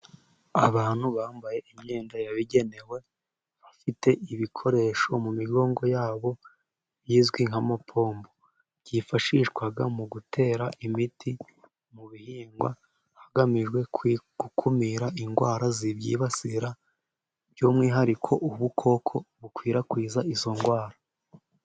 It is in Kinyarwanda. Abantu bambaye imyenda yabigenewe, bafite ibikoresho mu migongo yabo izwi nk'amapompo, byifashishwa mu gutera imiti mu bihingwa, hagamijwe gukumira indwara zibyibasira, by'umwihariko ubukoko bukwirakwiza izo ndwara.